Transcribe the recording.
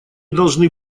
должны